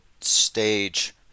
stage